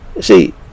See